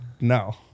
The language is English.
no